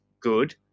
good